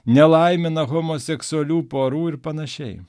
nelaimina homoseksualių porų ir panašiai